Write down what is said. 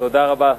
תודה רבה,